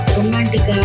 Romantic